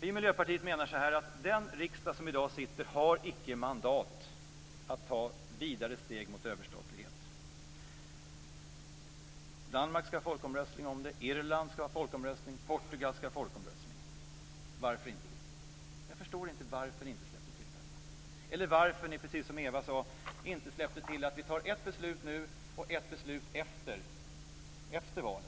Vi i Miljöpartiet menar att den riksdag som i dag sitter icke har mandat att ta vidare steg mot överstatlighet. Danmark skall alltså ha folkomröstning om detta. Irland och Portugal skall också ha folkomröstning. Varför inte vi? Jag förstår inte varför ni inte släppt till det eller varför ni - precis som Eva Zetterberg sade - inte släppt till att vi tar ett beslut nu och ett beslut efter valet,